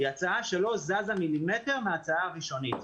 היא הצעה שלא זזה מילימטר מההצעה הראשונית.